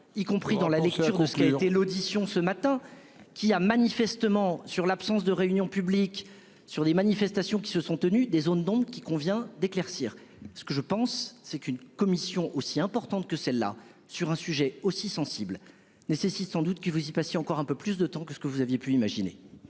y compris dans la lecture de ce qui a été l'audition ce matin qui a manifestement sur l'absence de réunions publiques sur des manifestations qui se sont tenues des zones donc il convient d'éclaircir ce que je pense c'est qu'une commission aussi importante que celle-là sur un sujet aussi sensible nécessite sans doute que vous y passer encore un peu plus de temps que ce que vous aviez pu imaginer.